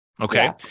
Okay